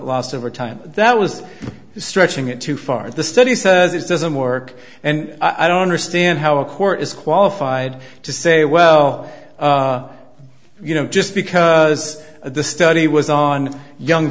lost over time that was stretching it too far the study says it doesn't work and i don't understand how a court is qualified to say well you know just because the study was on young